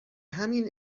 همین